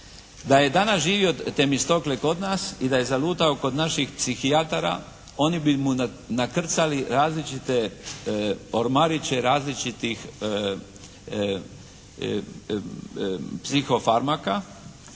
Da je danas živio Demistokle kod nas i da je zalutao kod naših psihijatara oni bi mu nakrcali različite ormariće različitih psihofarmaka